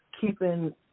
keeping